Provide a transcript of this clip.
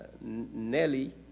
nelly